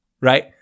Right